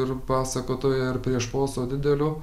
ir pasakotoja ir prie šposo didelio